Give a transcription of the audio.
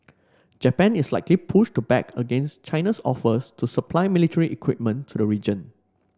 Japan is likely push to back against China's offers to supply military equipment to the region